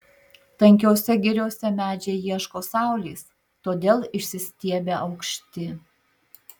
tankiose giriose medžiai ieško saulės todėl išsistiebia aukšti